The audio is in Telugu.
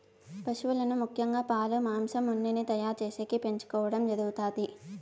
పసువులను ముఖ్యంగా పాలు, మాంసం, ఉన్నిని తయారు చేసేకి పెంచుకోవడం జరుగుతాది